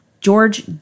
George